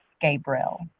Gabriel